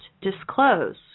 disclose